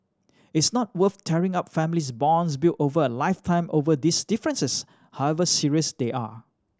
it's not worth tearing up family bonds built over a lifetime over these differences however serious they are